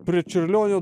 prie čiurlionio